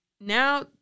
now